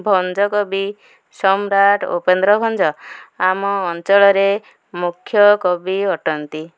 ଭଞ୍ଜକବି ସମ୍ରାଟ ଉପେନ୍ଦ୍ର ଭଞ୍ଜ ଆମ ଅଞ୍ଚଳରେ ମୁଖ୍ୟ କବି ଅଟନ୍ତି